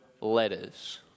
letters